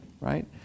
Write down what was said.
Right